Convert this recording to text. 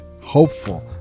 hopeful